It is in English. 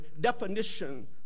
definition